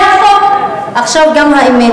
זה החוק, עכשיו גם האמת: